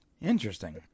Interesting